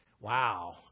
wow